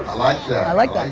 like that, i like that. i